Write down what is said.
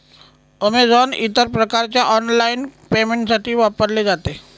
Amazon इतर प्रकारच्या online पेमेंटसाठी वापरले जाते